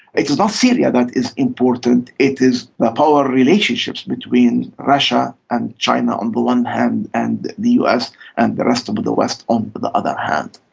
it's not syria that is important, it is the power relationships between russia and china on the one hand, and the us and the rest of the west on the other hand.